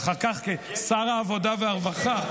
ואחר כך כשר העבודה והרווחה.